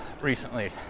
recently